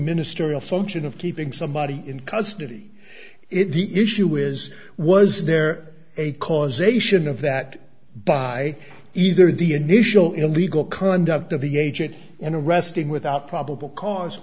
ministerial function of keeping somebody in custody if the issue is was there a causation of that by either the initial illegal conduct of the agent in arresting without probable cause